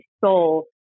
soul